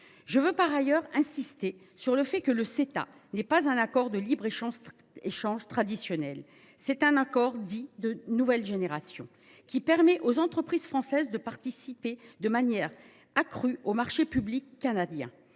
Je veux, par ailleurs, insister sur le fait que le Ceta n’est pas un accord de libre échange traditionnel : c’est un accord dit « de nouvelle génération », qui permet aux entreprises françaises de participer de manière accrue au marché public canadien.